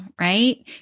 right